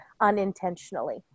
unintentionally